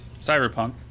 cyberpunk